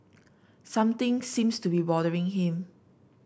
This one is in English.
something seems to be bothering him